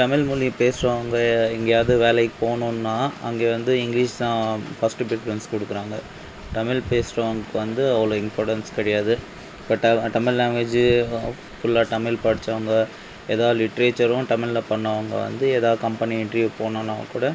தமிழ்மொழி பேசுறவங்க எங்கேயாவது வேலைக்கு போகணுன்னா அங்கே வந்து இங்கிலீஷ் தான் ஃபஸ்ட்டு ப்ரிஃபரன்ஸ் கொடுக்குறாங்க தமிழ் பேசுறவங்க வந்து அவ்வளோ இம்பார்ட்டன்ஸ் கிடையாது பட் தமிழ் லேங்வேஜி ஃபுல்லாக தமிழ் படிச்சவங்க எதாது லிட்ரேச்சரும் தமிழ்ல பண்ணவங்க வந்து ஏதாவது கம்பெனி இன்ட்ரியூவ் போகணுன்னா கூட